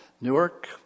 Newark